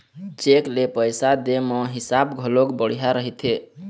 cheque ले पइसा दे म हिसाब घलोक बड़िहा रहिथे